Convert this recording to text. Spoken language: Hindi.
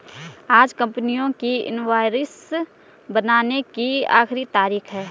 आज कंपनी की इनवॉइस बनाने की आखिरी तारीख है